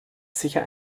sicher